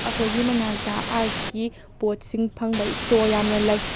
ꯑꯩꯈꯣꯏꯒꯤ ꯃꯅꯥꯛꯇ ꯑꯥꯔꯠꯀꯤ ꯄꯣꯠꯁꯤꯡ ꯐꯪꯕ ꯏꯁꯇꯣꯔ ꯌꯥꯝꯅ ꯂꯩ